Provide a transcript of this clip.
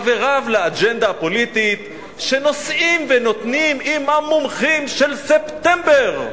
חבריו לאג'נדה הפוליטית שנושאים ונותנים עם המומחים של ספטמבר.